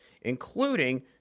including